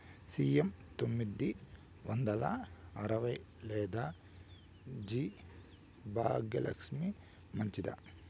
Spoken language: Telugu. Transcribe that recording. సి.ఎం తొమ్మిది వందల అరవై లేదా జి భాగ్యలక్ష్మి మంచిదా?